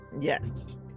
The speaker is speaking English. yes